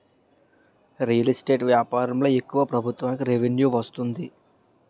real estate వ్యాపారంలో ఎక్కువగా ప్రభుత్వానికి రెవెన్యూ వస్తుంది